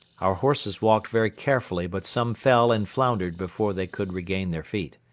our horses walked very carefully but some fell and floundered before they could regain their feet.